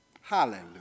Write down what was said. Hallelujah